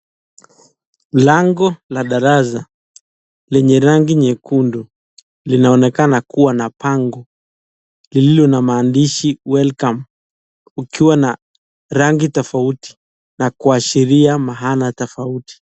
Mlango na darasa lenye rangi nyekundu linaonekana kuw ana bango lililo na maandishi welcome kukiwa na rangi tofauti na kuashiria maana tofauti.